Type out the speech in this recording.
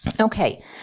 Okay